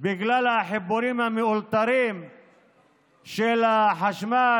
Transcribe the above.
בגלל החיבורים המאולתרים של החשמל,